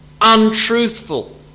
untruthful